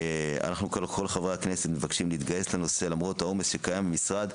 אנחנו כאן כל חברי הכנסת מבקשים להתגייס לנושא למרות העומס שקיים במשרד,